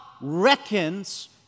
reckons